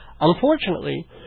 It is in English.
Unfortunately